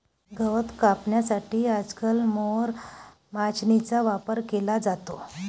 गवत कापण्यासाठी आजकाल मोवर माचीनीचा वापर केला जातो